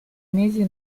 mesi